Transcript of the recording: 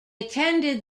attended